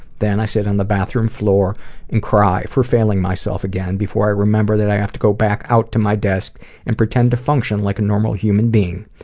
then i sit on the bathroom floor and cried for failing myself again before i remembered that i have to go back out to my desk and pretend to function like a normal human being.